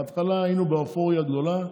בהתחלה היינו באופוריה גדולה,